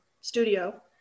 studio